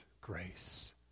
grace